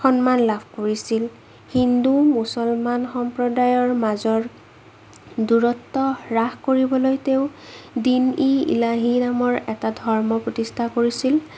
সন্মান লাভ কৰিছিল হিন্দু মুছলমান সম্প্ৰদায়ৰ মাজৰ দূৰত্ব হ্ৰাস কৰিবলৈ তেওঁ দিন ই ইলাহি নামৰ এটা ধৰ্ম প্ৰতিষ্ঠা কৰিছিল